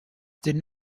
did